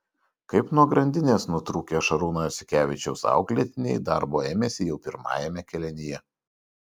kaip nuo grandinės nutrūkę šarūno jasikevičiaus auklėtiniai darbo ėmėsi jau pirmajame kėlinyje